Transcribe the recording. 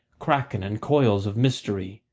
crakens and coils of mystery.